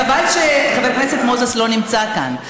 חבל שחבר הכנסת מוזס לא נמצא כאן,